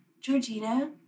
Georgina